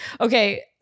Okay